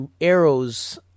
arrows